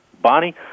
Bonnie